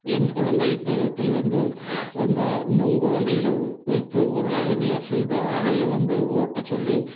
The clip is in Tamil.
என் குழந்தை பருவத்தில் வந்து இந்த நுங்கு வண்டியில் வைத்து உருளை வண்டியாக செய்து அதை வந்து ஓட்ட சொல்லி